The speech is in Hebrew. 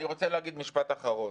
אני רוצה להגיד משפט אחרון.